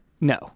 No